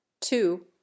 two